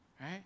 Right